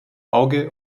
auge